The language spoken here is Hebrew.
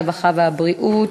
הרווחה והבריאות